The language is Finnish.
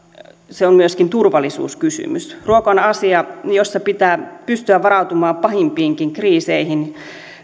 on myöskin turvallisuuskysymys ruoka on asia jossa pitää pystyä varautumaan pahimpiinkin kriiseihin